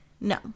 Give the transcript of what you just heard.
No